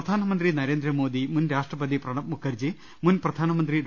പ്രധാനമന്ത്രി നരേന്ദ്രമോദി മുൻ രാഷ്ട്രപതി പ്രണബ് മുഖർജി മുൻ പ്രധാനമന്ത്രി ഡോ